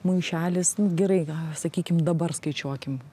maišelis n gerai a sakykim dabar skaičiuokim